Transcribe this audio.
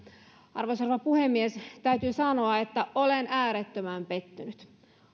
arvoisa rouva puhemies täytyy sanoa että olen äärettömän pettynyt